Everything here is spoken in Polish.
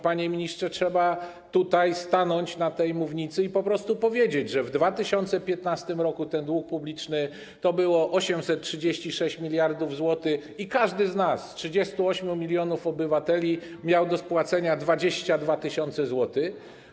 Panie ministrze, trzeba stanąć na tej mównicy i po prostu powiedzieć, że w 2015 r. dług publiczny to było 836 mld zł i każdy z nas, 38 mln obywateli, miał do spłacenia 22 tys. zł.